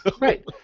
Right